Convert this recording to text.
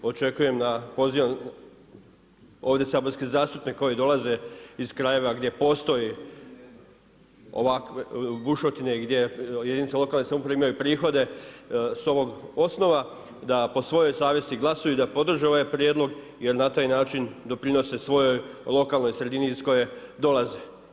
Očekujem, pozivam ovdje saborske zastupnike koji dolaze iz krajeva gdje postoji bušotine gdje jedinice lokalne samouprave imaju prihode sa ovog osnova, da po svojoj savjesti glasuju i da podrže ovaj prijedlog jer na taj način doprinose svojoj lokalnoj sredini iz koje dolaze.